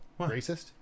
racist